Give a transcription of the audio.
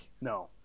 No